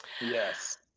Yes